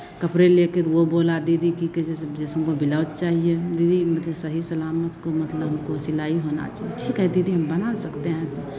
कपड़े लेके तो वो बोला दीदी कि किसी से जैसे हमको बिलौज चाहिए दीदी मतलब सही सलामत को मतलब हमको सिलाई होना चाहिए ठीक है दीदी हम बना सकते हैं